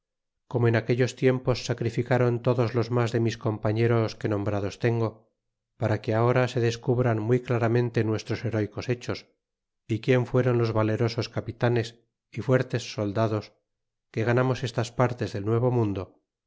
como en aquellos tiempos sacríficáron todoslos mas de mis compañeros que nombrados tengo para que ahora se descubran muy claramente nuestros herecos hechos y quién fueron los valerosos capitanes y fuertes soldados que ganamos estas partes del